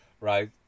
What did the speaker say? right